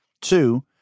Two